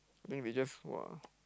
I think we just !wah!